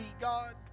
God